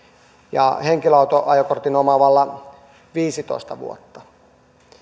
ja henkilöauton ajokortin omaavalla viisitoista vuotta